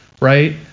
Right